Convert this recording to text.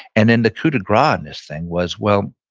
and then the coup de grace in this thing was, well,